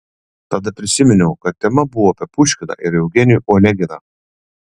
tada prisiminiau kad tema buvo apie puškiną ir eugenijų oneginą